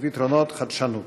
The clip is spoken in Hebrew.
פתרונות חדשנות.